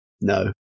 No